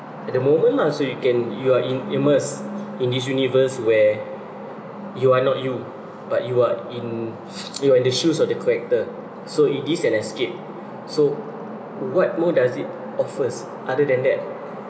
at the moment lah so you can you are immersed in this universe where you are not you but you are in you are in the shoes of the character so it gives an escape so what more does it offer other than that